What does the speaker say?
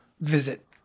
visit